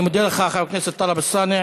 אני מודה לך, חבר הכנסת טלב א-סאנע.